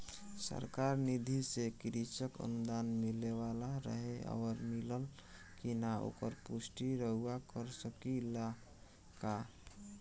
सरकार निधि से कृषक अनुदान मिले वाला रहे और मिलल कि ना ओकर पुष्टि रउवा कर सकी ला का?